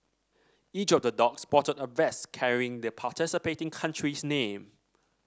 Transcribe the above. each of the dog sported a vest carrying the participating country's name